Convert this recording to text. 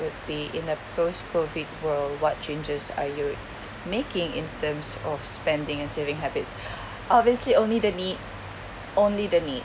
would be in the post COVID world what changes are you making in terms of spending and saving habits obviously only the needs only the needs